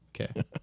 Okay